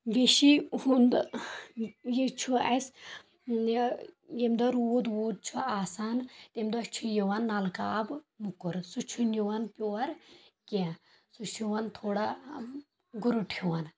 وِشی ہُنٛد یہِ چھُ اسہِ یہِ ییٚمہِ دۄہ روٗد ووٗد چھُ آسان تمہِ دۄہ چھُ یِوان نلکہٕ آب موٚکُر سُہ چھُنہٕ یِوان پیور کینٛہہ سُہ چھُ یِوان تھوڑا گٕرُٹ ہیوٗ